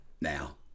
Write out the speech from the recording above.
now